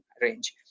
range